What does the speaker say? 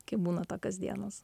kai būna tokios dienos